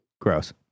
Gross